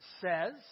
says